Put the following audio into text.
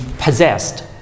possessed